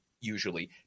usually